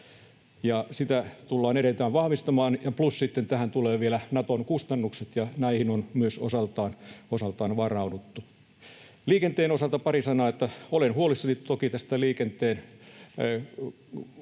sitä tullaan edelleen vahvistamaan. Plus sitten tähän tulee vielä Naton kustannukset, joihin on myös osaltaan varauduttu. Liikenteen osalta pari sanaa: Olen huolissani toki tästä siitä